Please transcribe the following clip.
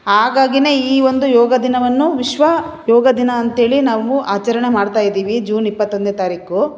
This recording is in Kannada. ಹಾಗಾಗಿ ಈ ಒಂದು ಯೋಗ ದಿನವನ್ನು ವಿಶ್ವ ಯೋಗ ದಿನ ಅಂತೇಳಿ ನಾವು ಆಚರಣೆ ಮಾಡ್ತಾಯಿದಿವಿ ಜೂನ್ ಇಪ್ಪತ್ತೊಂದನೇ ತಾರೀಕು